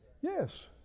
Yes